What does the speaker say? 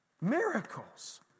Miracles